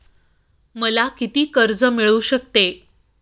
मला किती कर्ज मिळू शकते?